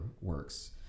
works